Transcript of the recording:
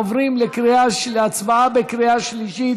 עוברים להצבעה בקריאה שלישית.